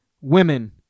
Women